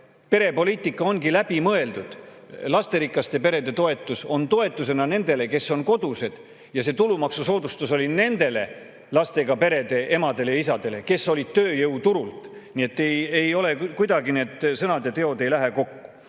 perepoliitika ongi läbi mõeldud. Lasterikaste perede toetus on toetusena nendele, kes on kodused, ja see tulumaksusoodustus oli nendele lastega perede emadele ja isadele, kes olid tööjõuturul. Nii et kuidagi need sõnad ja teod ei lähe kokku.